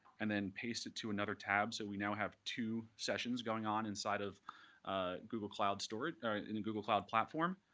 and then paste it to another tab so we now have two sessions going on inside of ah google cloud storage in in google cloud platform.